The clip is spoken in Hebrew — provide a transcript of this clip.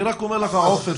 אני רק אומר לך עופר,